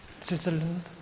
Switzerland